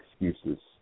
excuses